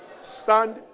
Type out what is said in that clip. Stand